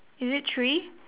is it three